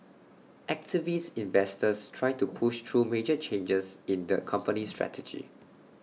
activist investors try to push through major changes in the company strategy